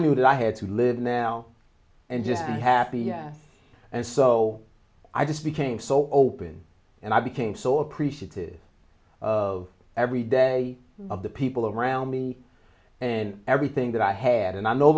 knew that i had to live now and just be happy yes and so i just became so open and i became so appreciative of every day of the people around me and everything that i had and i no